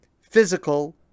PHYSICAL